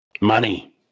Money